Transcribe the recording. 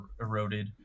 eroded